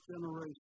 generation